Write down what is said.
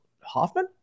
Hoffman